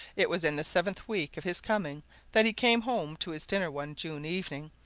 it was in the seventh week of his coming that he came home to his dinner one june evening,